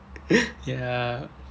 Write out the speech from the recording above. ya